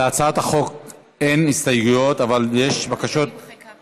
להצעת החוק אין הסתייגויות, אבל יש בקשות רשות